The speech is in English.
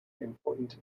important